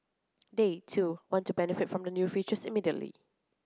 they too want to benefit from the new features immediately